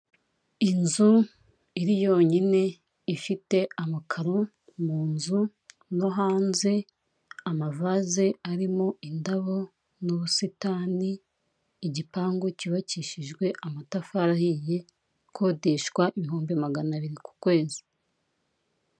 Inzu iri yonyine ifite amakaro mu nzu no hanze, amavase arimo indabo n'ubusitani, igipangu cyubakishijwe amatafari ahiye, ikodeshwa ibihumbi magana abiri ku kwezi.